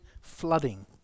flooding